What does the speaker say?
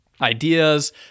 ideas